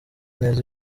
neza